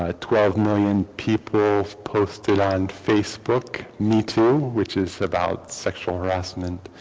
ah twelve million people's posted on facebook me too which is about sexual harassment